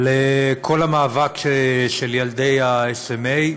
על כל המאבק של ילדי ה-SMA,